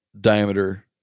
diameter